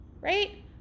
right